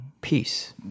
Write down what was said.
Peace